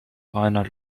reiner